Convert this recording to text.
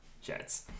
jets